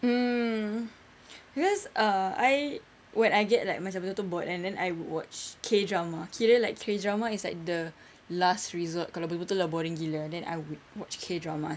um cause uh I when I get like macam betul-betul bored and then I would watch K drama kira like K drama is like the last resort kalau betul-betul dah boring gila then I would watch K dramas